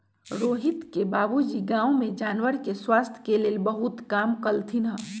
रोहित के बाबूजी गांव में जानवर के स्वास्थ के लेल बहुतेक काम कलथिन ह